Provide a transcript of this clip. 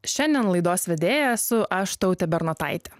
šiandien laidos vedėja esu aš tautė bernotaitė